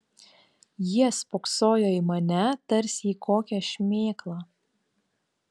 jie spoksojo į mane tarsi į kokią šmėklą